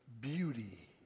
beauty